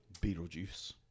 Beetlejuice